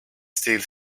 steal